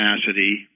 capacity